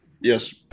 yes